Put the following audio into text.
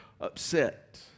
upset